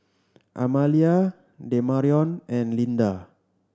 Amalia Demarion and Lynda